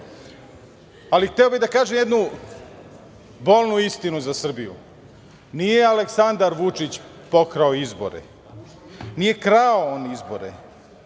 slobodni. Hteo bih da kažem jednu bolnu istinu za Srbiju, nije Aleksandar Vučić pokrao izbore, nije krao on izbore,